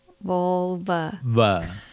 Vulva